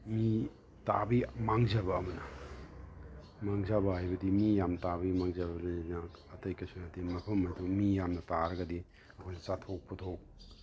ꯃꯤ ꯇꯥꯕꯒꯤ ꯃꯥꯡꯖꯕ ꯑꯃꯅ ꯃꯥꯡꯖꯕ ꯍꯥꯏꯕꯗꯤ ꯃꯤ ꯌꯥꯝ ꯇꯥꯕꯒꯤ ꯃꯥꯡꯖꯕꯁꯤꯅ ꯑꯇꯩ ꯀꯩꯁꯨ ꯅꯠꯇꯦ ꯃꯐꯝ ꯑꯗꯣ ꯃꯤ ꯌꯥꯝꯅ ꯇꯥꯔꯒꯗꯤ ꯑꯩꯈꯣꯏ ꯆꯥꯊꯣꯛ ꯄꯣꯠꯊꯣꯛ